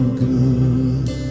good